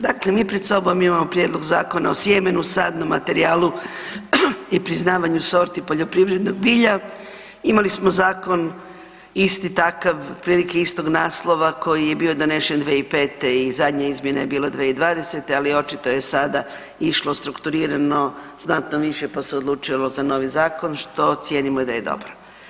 Dakle, mi pred sobom imamo Prijedlog zakona o sjemenu, sadnom materijalu i priznavanju sorti poljoprivrednog bilja, imali smo zakon isti takav, otprilike istog naslova koji je bio donesen 2005.i zadnje izmjene je bilo 2020., ali očito je sada išlo strukturirano znatno više pa se odlučilo za novi zakon, što cijenimo da je dobro.